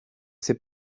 ses